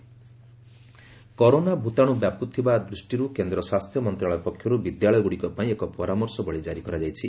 health school advisory corona ଭୂତାଣୁ ବ୍ୟାପୁଥିବା ଦୃଷ୍ଟିରୁ କେନ୍ଦ୍ର ସ୍ୱାସ୍ଥ୍ୟ ମନ୍ତ୍ରଣାଳୟ ପକ୍ଷରୁ ବିଦ୍ୟାଳୟଗୁଡ଼ିକ ପାଇଁ ଏକ ପରାମର୍ଶବଳୀ ଜାରି କରାଯାଇଛି